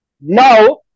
Now